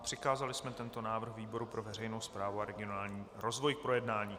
Přikázali jsme tento návrh výboru pro veřejnou správu a regionální rozvoj k projednání.